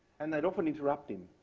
and they'd often interrupt him.